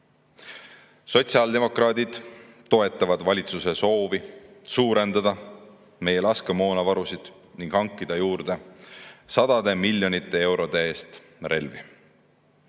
Sotsiaaldemokraadid toetavad valitsuse soovi suurendada meie laskemoonavarusid ning hankida juurde sadade miljonite eurode eest relvi. Pean